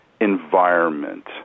environment